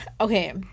okay